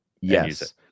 yes